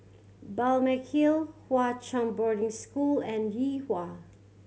Balmeg Hill Hwa Chong Boarding School and Yuhua